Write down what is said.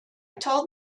told